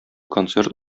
концерт